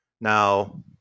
Now